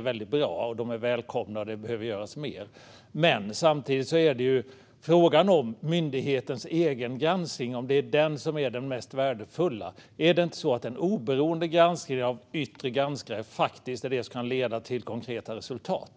väldigt bra. Förändringarna är välkomna, och det behöver göras mer. Men samtidigt är frågan om det är myndighetens egen granskning som är den mest värdefulla. Är det inte en oberoende granskning av yttre granskare som faktiskt kan leda till konkreta resultat?